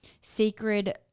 sacred